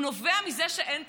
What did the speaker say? הוא נובע מזה שאין תחרות,